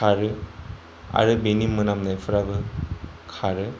खारो आरो बेनि मोनामनायफोराबो खारो